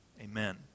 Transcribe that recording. Amen